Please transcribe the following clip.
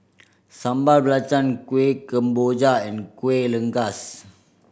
Sambal Belacan Kueh Kemboja and Kuih Rengas